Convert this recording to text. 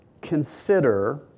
consider